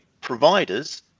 providers